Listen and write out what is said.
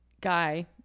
guy